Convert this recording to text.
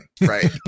right